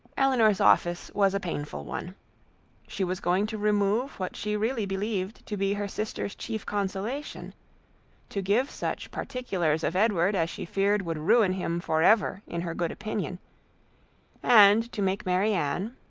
elinor's office was a painful one she was going to remove what she really believed to be her sister's chief consolation to give such particulars of edward as she feared would ruin him for ever in her good opinion and to make marianne,